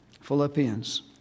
Philippians